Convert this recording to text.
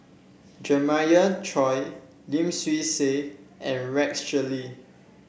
Jeremiah Choy Lim Swee Say and Rex Shelley